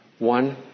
One